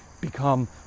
become